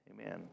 Amen